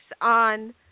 on